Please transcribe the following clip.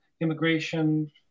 immigration